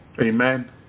amen